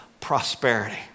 prosperity